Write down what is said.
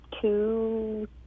two